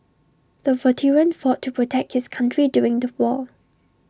the veteran fought to protect his country during the war